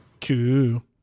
Cool